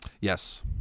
Yes